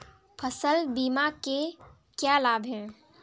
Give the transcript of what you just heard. फसल बीमा के क्या लाभ हैं?